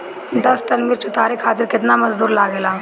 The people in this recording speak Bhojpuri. दस टन मिर्च उतारे खातीर केतना मजदुर लागेला?